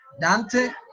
Dante